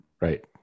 Right